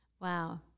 Wow